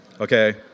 Okay